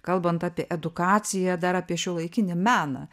kalbant apie edukaciją dar apie šiuolaikinį meną